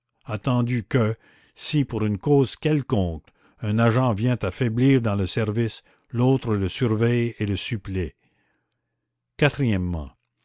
attendu que si pour une cause quelconque un agent vient à faiblir dans le service l'autre le surveille et le supplée quatrièmement